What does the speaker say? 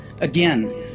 Again